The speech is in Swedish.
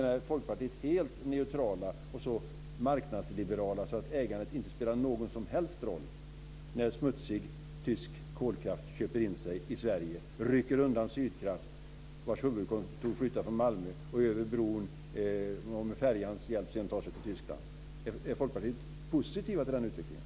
Är Folkpartiet helt neutralt och så marknadsliberalt att ägandet inte spelar någon som helst roll när smutsig tysk kolkraft köper in sig i Sverige och rycker undan Sydkraft vars huvudkontor flyttar från Malmö och över bron vidare till Tyskland? Är Folkpartiet positivt till den utvecklingen?